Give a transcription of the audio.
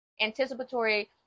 Anticipatory